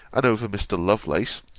and over mr. lovelace,